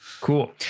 Cool